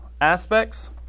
aspects